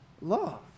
love